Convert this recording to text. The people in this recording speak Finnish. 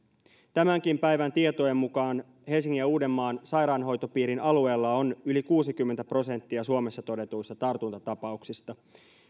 tämänkin päivän tietojen mukaan helsingin ja uudenmaan sairaanhoitopiirin alueella on yli kuusikymmentä prosenttia suomessa todetuista tartuntatapauksista